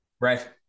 Right